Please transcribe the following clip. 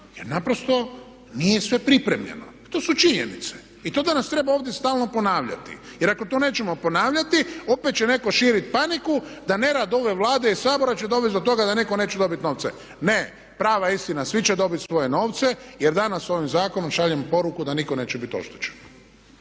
jer naprosto nije sve pripremljeno i to su činjenice i to danas treba ovdje stalno ponavljati. Jer ako to nećemo ponavljati opet će netko širiti paniku da nerad ove Vlade i Sabor će dovesti do toga da netko neće dobiti novce. Ne prava istina, svi će dobiti svoje novce jer danas ovim zakonom šaljemo poruku da nitko neće biti oštećen.